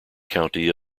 county